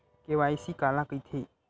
KYC काला कइथे?